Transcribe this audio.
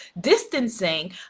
distancing